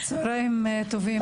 צהרים טובים,